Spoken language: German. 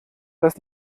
dass